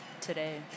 today